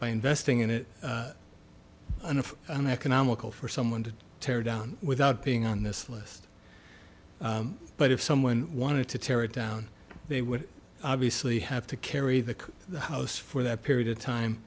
by investing in it and of an economical for someone to tear down without being on this list but if someone wanted to tear it down they would obviously have to carry the house for that period of time